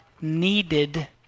needed